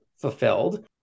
fulfilled